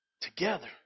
together